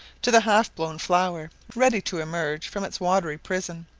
to the half blown flower, ready to emerge from its watery prison,